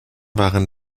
waren